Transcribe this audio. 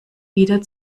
wieder